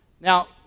Now